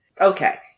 Okay